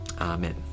Amen